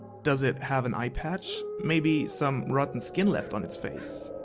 does it have an eyepatch? maybe some rotten skin left on its face?